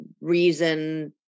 reason